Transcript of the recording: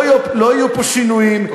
לא יהיו פה שינויים,